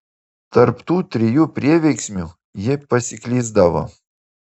tarp tų trijų prieveiksmių ji pasiklysdavo